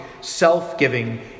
self-giving